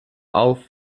auf